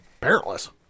parentless